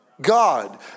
God